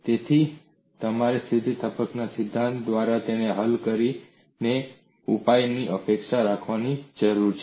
તેથી તમારે સ્થિતિસ્થાપકતાના સિદ્ધાંત દ્વારા તેને હલ કરીને ઉપાયની અપેક્ષા રાખવાની જરૂર છે